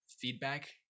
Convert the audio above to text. feedback